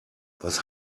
was